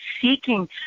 seeking